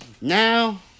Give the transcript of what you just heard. Now